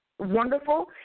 Wonderful